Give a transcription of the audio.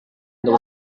untuk